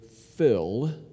fill